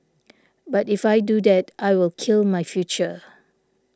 but if I do that I will kill my future